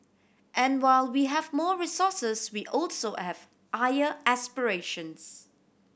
and while we have more resources we also have higher aspirations